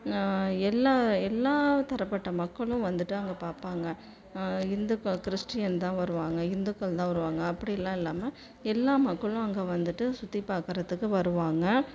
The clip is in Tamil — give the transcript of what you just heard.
எல்லா எல்லா தரப்பட்ட மக்களும் வந்துட்டு அங்கே பார்ப்பாங்க இந்து க கிறிஸ்டியன் தான் வருவாங்க இந்துக்கள் தான் வருவாங்க அப்படியெல்லாம் இல்லாமல் எல்லா மக்களும் அங்கே வந்துவிட்டு சுற்றி பார்க்கறதுக்கு வருவாங்க